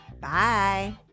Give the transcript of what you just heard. Bye